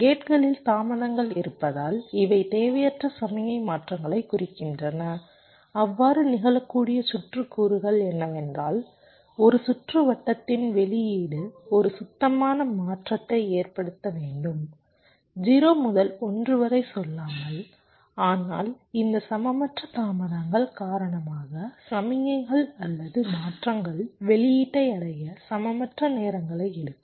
கேட்களில் தாமதங்கள் இருப்பதால் இவை தேவையற்ற சமிக்ஞை மாற்றங்களைக் குறிக்கின்றன அவ்வாறு நிகழக்கூடிய சுற்று கூறுகள் என்னவென்றால் ஒரு சுற்றுவட்டத்தின் வெளியீடு ஒரு சுத்தமான மாற்றத்தை ஏற்படுத்த வேண்டும் 0 முதல் 1 வரை சொல்லலாம் ஆனால் இந்த சமமற்ற தாமதங்கள் காரணமாக சமிக்ஞைகள் அல்லது மாற்றங்கள் வெளியீட்டை அடைய சமமற்ற நேரங்களை எடுக்கும்